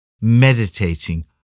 meditating